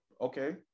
Okay